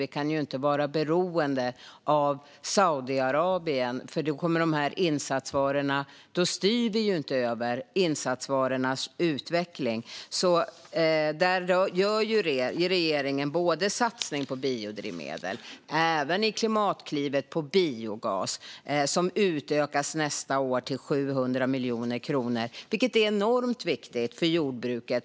Vi kan ju inte vara beroende av Saudiarabien, för då styr vi inte över insatsvarornas utveckling. Där gör regeringen satsningar både på biodrivmedel och i Klimatklivet på biogas. De utökas nästa år till 700 miljoner kronor. Detta är enormt viktigt för jordbruket.